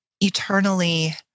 eternally